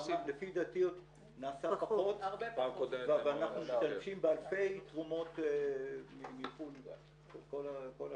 לפי דעתי נעשה פחות ואנחנו משתמשים באלפי תרומות מחו"ל כל השנים.